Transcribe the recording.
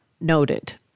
noted